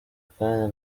akanya